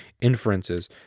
inferences